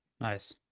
Nice